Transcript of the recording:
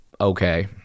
okay